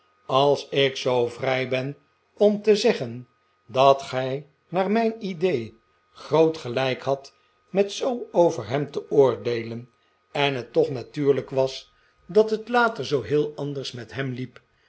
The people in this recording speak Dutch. als ik zoo vrij ben om te zeggen dat gij naar mijn idee groot gelijk hadt met zoo over hem te oordeelen en het toch natuurlijk was dat het later zoo heel anders met hem liep